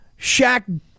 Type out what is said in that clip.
Shaq